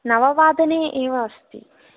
नववादने एव अस्ति